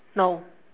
no